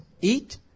Eat